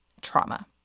Trauma